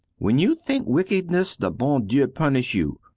when you think wickedness the bon dieu punish you.